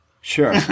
sure